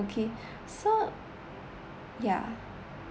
okay so yeah